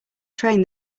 train